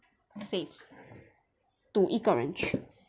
safe to 一个人